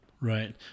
Right